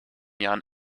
jahren